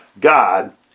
God